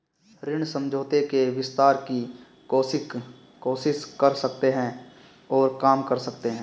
ऋण समझौते के विस्तार की कोशिश कर सकते हैं और काम कर सकते हैं